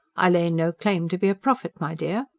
i lay no claim to be a prophet, my dear.